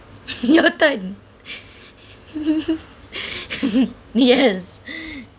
your turn yes